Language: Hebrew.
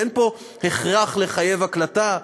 אין פה הכרח לחייב הקלטה,